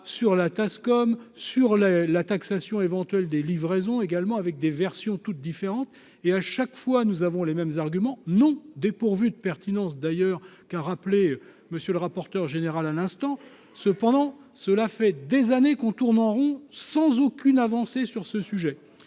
sur la TASCOM sur la la taxation éventuelle des livraisons également avec des versions toutes différentes et à chaque fois, nous avons les mêmes arguments non dépourvue de pertinence d'ailleurs qu'a rappelé monsieur le rapporteur général à l'instant, cependant, cela fait des années qu'on tourne en rond sans aucune avancée sur ce sujet,